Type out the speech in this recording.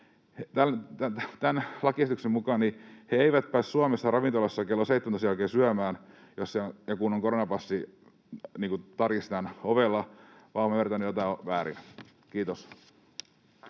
tämän lakiesityksen mukaan he eivät pääse Suomessa ravintolassa kello 17:n jälkeen syömään, kun koronapassi tarkistetaan ovella, vai olenko ymmärtänyt jotain väärin? — Kiitos.